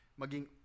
maging